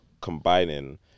combining